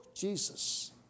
Jesus